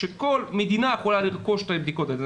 כל מדינה יכולה לרכוש את הערכות האלה,